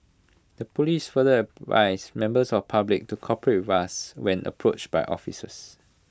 the Police further advised numbers of public to cooperate with us when approached by officers